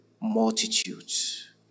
Multitudes